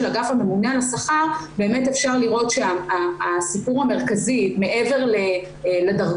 אגף הממונה על השכר אפשר לראות שהסיפור המרכזי מעבר לדרגות,